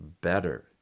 better